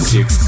Six